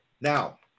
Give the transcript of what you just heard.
Now